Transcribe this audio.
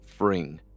Fring